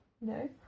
No